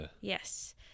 Yes